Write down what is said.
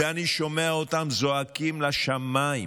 ואני שומע אותם זועקים לשמיים,